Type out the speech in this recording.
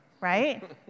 right